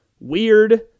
weird